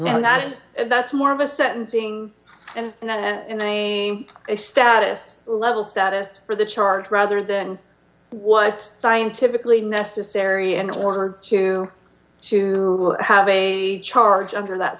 that is that's more of a sentencing and a status level status for the charge rather than what scientifically necessary in order to to have a charge under that